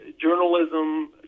journalism